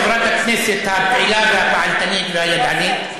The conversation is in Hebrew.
חברת הכנסת הפעילה והפעלתנית והידענית,